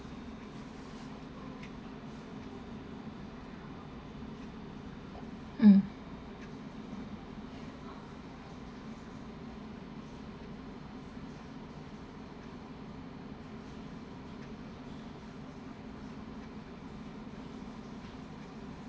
mm